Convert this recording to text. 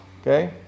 okay